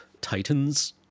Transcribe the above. Titans